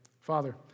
Father